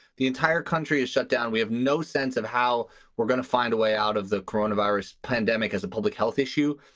the entire country is shut down. we have no sense of how we're going to find a way out of the corona virus pandemic as a public health issue.